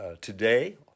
today